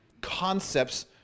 concepts